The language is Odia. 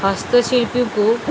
ହସ୍ତଶିଳ୍ପୀଙ୍କୁ